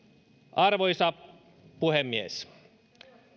arvoisa puhemies